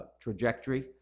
trajectory